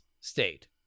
state